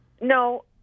No